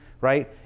right